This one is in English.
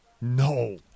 No